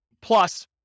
plus